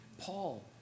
Paul